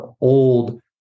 old